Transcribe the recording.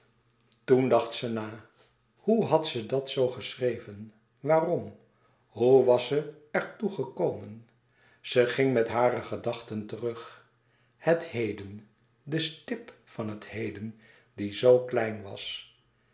toen dacht ze na hoe had ze dat zoo geschreven waarom hoe was ze er toe gekomen ze ging met hare gedachten terug het heden de stip van het heden die zoo klein was